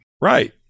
right